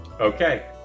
Okay